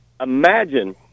Imagine